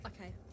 Okay